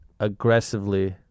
aggressively